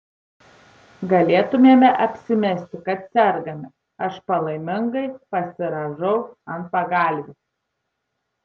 galėtumėme apsimesti kad sergame aš palaimingai pasirąžau ant pagalvių